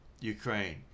Ukraine